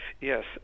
Yes